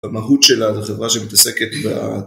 המהות שלה, זו חברה שמתעסקת ב...